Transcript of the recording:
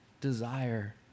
desire